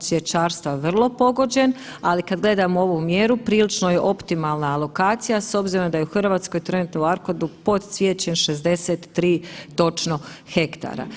cvjećarstva vrlo pogođen, ali kad gledamo ovu mjeru prilično je optimalna alokacija s obzirom da je u RH trenutno u ARKOD-u pod cvijećem 63 točno hektara.